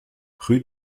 rue